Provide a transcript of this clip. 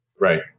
Right